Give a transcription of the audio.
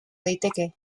daiteke